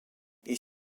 est